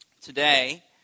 Today